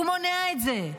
הוא מונע את זה.